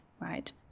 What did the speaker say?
right